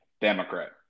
Democrat